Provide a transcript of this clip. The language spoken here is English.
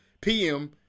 PM